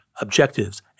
objectives